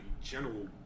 general